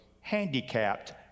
handicapped